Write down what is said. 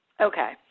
Okay